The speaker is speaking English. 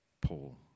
Paul